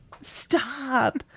Stop